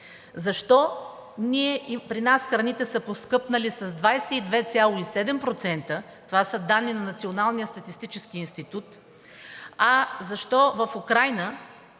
Защо при нас храните са поскъпнали с 22,7% – това са данни на Националния статистически институт, а защо в Украйна